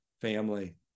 family